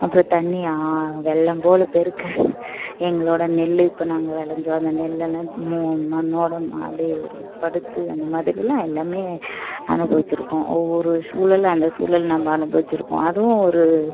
அப்புறம் தண்ணி வெள்ளம் போல் பெருக்க எங்களோட நெல்லு இப்போ நாங்கள் விளைஞ்சோம் அந்த நெல்லலாம் மண்ணோட அப்டி படுத்து அந்த மாதிரியெல்லாம் எல்லாமே அனுபவிச்சுருக்கோம் ஒவ்வொரு சூழல்ல அந்த சூழல் நம்ம அனுபவிச்சிருக்கோம் அதுவும் ஒரு